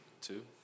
Two